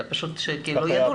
אלא פשוט לא ידעו,